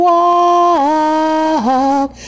Walk